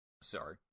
Sorry